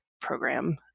program